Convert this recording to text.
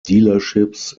dealerships